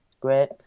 great